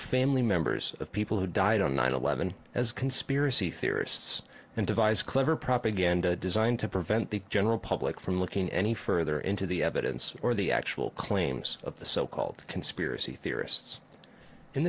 family members of people who died on nine eleven as conspiracy theorists and devise clever propaganda designed to prevent the general public from looking any further into the evidence or the actual claims of the so called conspiracy theorists in